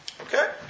Okay